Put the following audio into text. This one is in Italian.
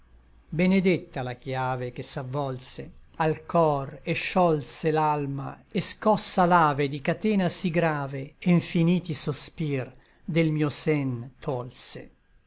benedetta la chiave che s'avvolse al cor et sciolse l'alma et scossa l'ave di catena sí grave e nfiniti sospir del mio sen tolse